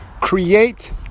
create